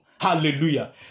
Hallelujah